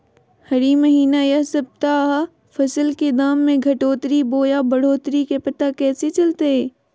हरी महीना यह सप्ताह फसल के दाम में घटोतरी बोया बढ़ोतरी के पता कैसे चलतय?